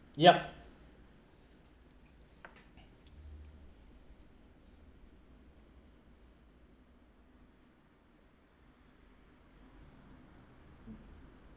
yup